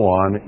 on